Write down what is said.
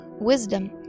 wisdom